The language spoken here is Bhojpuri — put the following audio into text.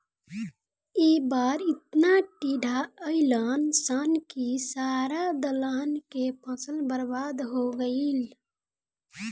ए बार एतना टिड्डा अईलन सन की सारा दलहन के फसल बर्बाद हो गईल